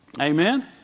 Amen